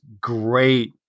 great